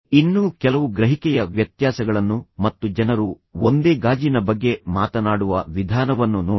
ಇನ್ನೂ ಕೆಲವು ಗ್ರಹಿಕೆಯ ವ್ಯತ್ಯಾಸಗಳನ್ನು ಮತ್ತು ಜನರು ಒಂದೇ ಗಾಜಿನ ಬಗ್ಗೆ ಮಾತನಾಡುವ ವಿಧಾನವನ್ನು ನೋಡಿ